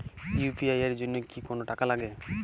UPI এর জন্য কি কোনো টাকা লাগে?